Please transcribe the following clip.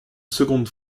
seconde